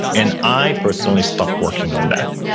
and i personally stopped working on that.